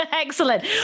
Excellent